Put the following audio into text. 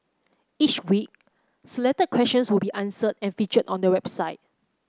each week selected questions will be answered and featured on the website